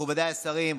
מכובדיי השרים,